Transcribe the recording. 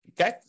Okay